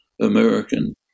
American